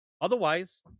Otherwise